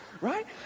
Right